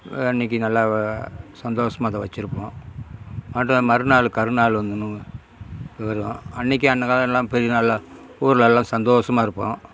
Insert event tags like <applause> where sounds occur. அன்றைக்கு நல்லா வ சந்தோஷமாக அத வச்சுருப்போம் மற்ற மறுநாள் கருநாள்னு ஒன்று வரும் அன்றைக்கு <unintelligible> ஊரில் எல்லோரும் சந்தோஷமாக இருப்போம்